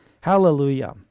Hallelujah